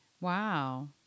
Wow